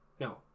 No